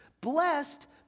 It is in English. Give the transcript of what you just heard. Blessed